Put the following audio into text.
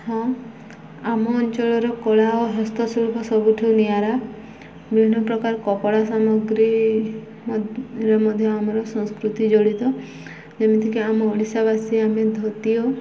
ହଁ ଆମ ଅଞ୍ଚଳର କଳା ଓ ହସ୍ତଶିଳ୍ପ ସବୁଠୁ ନିଆରା ବିଭିନ୍ନପ୍ରକାର କପଡ଼ା ସାମଗ୍ରୀରେ ମଧ୍ୟ ଆମର ସଂସ୍କୃତି ଜଡ଼ିତ ଯେମିତିକି ଆମ ଓଡ଼ିଶାବାସୀ ଆମେ ଧୋତି ଓ